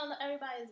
everybody's